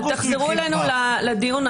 תחזרו אלינו לדיון.